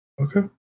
okay